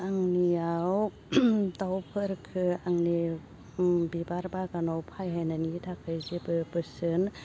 आंनियाव दाउफोरखो आंनि बिबार बागानाव फेहेरनायनि थाखाय जेबो बोसोन